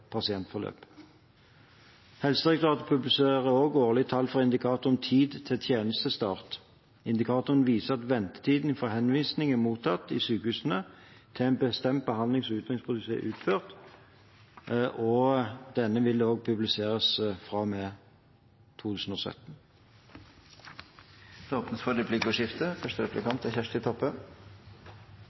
Helsedirektoratet publiserer også årlig tall for indikatoren «Tid til tjenestestart». Indikatoren viser ventetiden fra henvisning er mottatt i sykehusene til en bestemt behandlings- eller utredningsprosedyre er utført. Denne vil også bli publisert fra og med 2017. Det blir replikkordskifte. Meiner statsråden det er